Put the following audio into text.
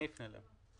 אני אפנה אליהם.